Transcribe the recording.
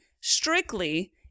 strictly